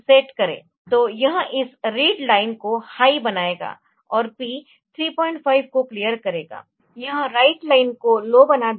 तो यह इस रीड लाइन को हाई बनाएगा और P 35 को करेगा यह राइट लाइन को लो बना देगा